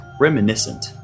reminiscent